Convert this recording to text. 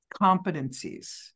competencies